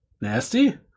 Nasty